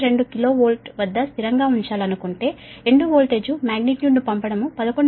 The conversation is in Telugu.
2 KV వద్ద స్థిరంగా ఉంచాలనుకుంటే ఎండ్ వోల్టేజ్ మాగ్నిట్యూడ్ను పంపడం 11